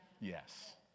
Yes